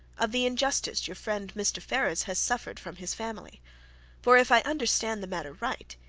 of the injustice your friend mr. ferrars has suffered from his family for if i understand the matter right,